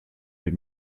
les